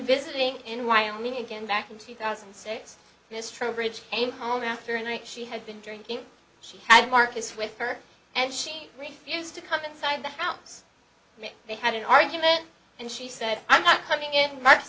visiting in wyoming again back in two thousand and six miss trowbridge came home after a night she had been drinking she had marcus with her and she refused to come inside the house they had an argument and she said i'm not coming in marc